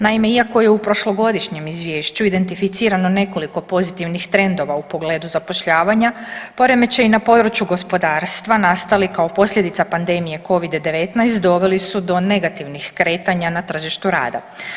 Naime, iako je u prošlogodišnjem izvješću identificirano nekoliko pozitivnih trendova u pogledu zapošljavanja poremećaji na području gospodarstva nastali kao posljedica pandemije covida-19 doveli su do negativnih kretanja na tržištu rada.